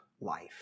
life